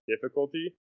difficulty